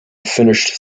finished